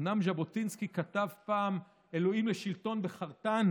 אומנם ז'בוטינסקי כתב פעם "אלוהים, לשלטון בחרתנו"